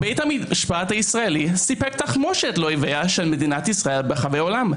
בית המשפט הישראלי סיפק תחמושת לאויביה של מדינת ישראל ברחבי העולם,